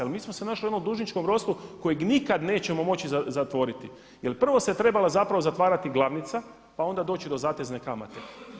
Jer mi smo se našli u jednom dužničkom ropstvu kojeg nikad nećemo moći zatvoriti, jer prvo se trebala zapravo zatvarati glavnica, pa onda doći do zatezne kamate.